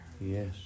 Yes